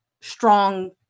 strong